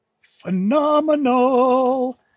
phenomenal